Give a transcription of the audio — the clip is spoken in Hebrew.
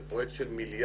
זה פרויקט של מיליארדים.